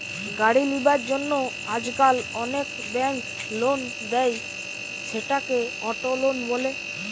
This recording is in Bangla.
গাড়ি লিবার জন্য আজকাল অনেক বেঙ্ক লোন দেয়, সেটাকে অটো লোন বলে